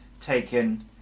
taken